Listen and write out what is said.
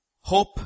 hope